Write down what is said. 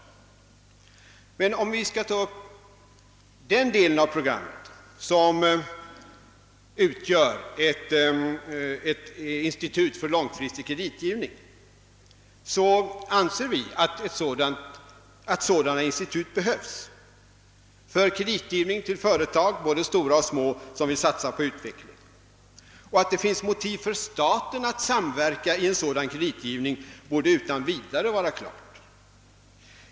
Låt mig emellertid säga några ord om den del av programmet som avser inrättande av ett institut för långfristig kreditgivning. Vi anser att sådana institut behövs för kreditgivning till företag — både stora och små — som vill satsa på utveckling. Att det finns motiv för staten att samverka i en sådan kreditgivning borde utan vidare vara klart.